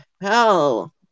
hell